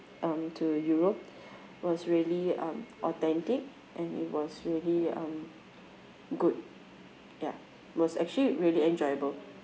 um to europe was really um authentic and it was really um good ya was actually really enjoyable